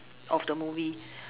of the movie